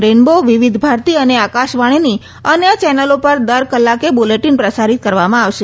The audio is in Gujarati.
રેનબો વિવિધ ભારતી અને આકાશવાગ્રીના અન્ય ચેનલો પર દર કલાકે બુલેટિન પ્રસારિત કરવામાં આવશે